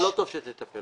לא טוב שאתה תטפל בזה.